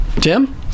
Jim